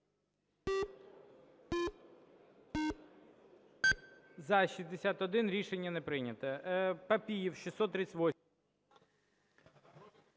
За-61 Рішення не прийнято. Папієв, 638-а.